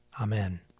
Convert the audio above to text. Amen